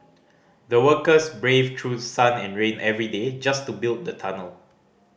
the workers braved through sun and rain every day just to build the tunnel